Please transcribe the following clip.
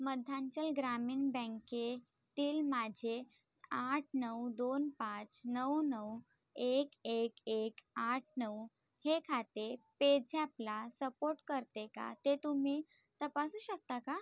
मध्यांचल ग्रामीण बँकेतील माझे आठ नऊ दोन पाच नऊ नऊ एक एक एक आठ नऊ हे खाते पेझॅपला सपोर्ट करते का ते तुम्ही तपासू शकता का